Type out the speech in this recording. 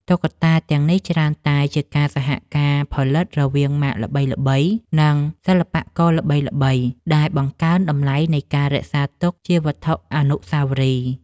តុក្កតាទាំងនេះច្រើនតែជាការសហការផលិតរវាងម៉ាកល្បីៗ និងសិល្បករល្បីៗ ដែលបង្កើនតម្លៃនៃការរក្សាទុកជាវត្ថុអនុស្សាវរីយ៍។